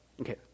okay